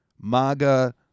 MAGA